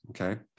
okay